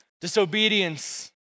Disobedience